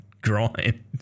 grind